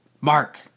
Mark